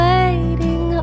Waiting